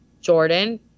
Jordan